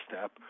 step